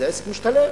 זה עסק משתלם.